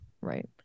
Right